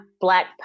black